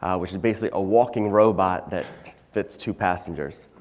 which is basically a walking robot that fits two passenger.